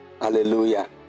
Hallelujah